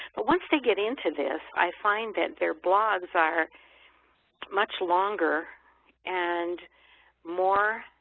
but once they get into this, i find that their blogs are much longer and more